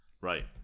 Right